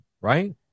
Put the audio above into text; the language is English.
right